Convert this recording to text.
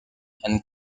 and